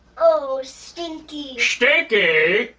oh, stinky! stinky?